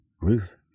Ruth